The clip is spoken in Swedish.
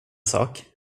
sak